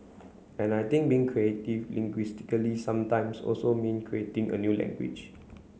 and I think being creative linguistically sometimes also mean creating a new language